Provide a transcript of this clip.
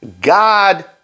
God